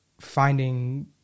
finding